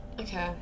Okay